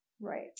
Right